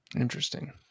Interesting